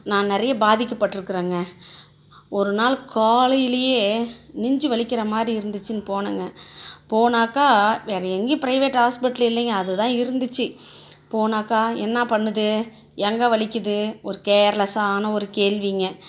நான் நிறைய பாதிக்கப்பட்டுருக்கிறேங்க ஒரு நாள் காலையிலேயே நெஞ்சு வலிக்கிறமாதிரி இருந்துச்சுன்னு போனேங்க போனாக்கா வேற எங்கேயும் பிரைவேட் ஹாஸ்பிட்டலு இல்லேங்க அதுதான் இருந்துச்சு போனாக்கா என்ன பண்ணுது எங்கே வலிக்குது ஒரு கேர்லஸ்ஸான ஒரு கேள்விங்க